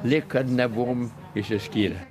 lyg kad nebuvom išsiskyrę